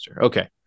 Okay